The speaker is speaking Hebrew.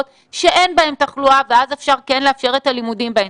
שאין בהם תחלואה ואז אפשר כן לאפשר את הלימודים בהם.